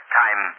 time